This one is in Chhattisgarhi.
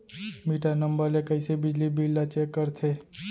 मीटर नंबर ले कइसे बिजली बिल ल चेक करथे?